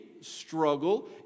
struggle